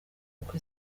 uku